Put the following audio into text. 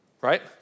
Right